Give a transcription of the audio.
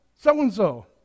so-and-so